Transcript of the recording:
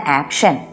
action